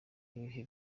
bihe